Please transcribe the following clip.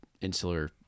insular